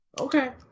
Okay